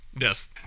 Yes